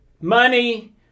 money